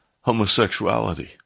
homosexuality